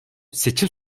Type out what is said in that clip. seçim